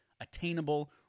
attainable